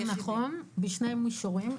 זה נכון בשני מישורים.